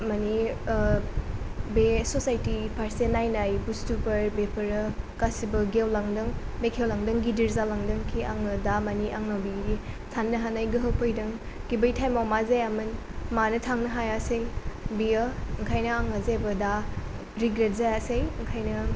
माने बे ससायटि फारसे नायनाय बुस्थुफोर बेफोरो गासिबो गेवलांदों बेखेवलांदों गिदिर जालांदोंखि आङो दामानि आङो साननो हानाय गोहो फैदों खिन्थु आङो बै टाइमाव मा जायामोन मानो थांनो हयासै बेयो ओंखायनो आङो जेबो दा रिग्रेट जायासै ओंखायनो आङो